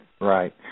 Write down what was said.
Right